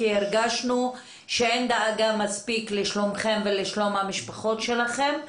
כי הרגשנו שאין מספיק דאגה לשלומכם ולשלום המשפחות שלכם.